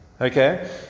Okay